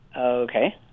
Okay